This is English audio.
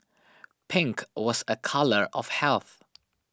pink was a colour of health